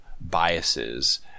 biases